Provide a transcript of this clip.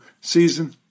season